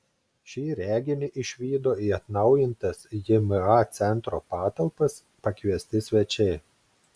šį reginį išvydo į atnaujintas jma centro patalpas pakviesti svečiai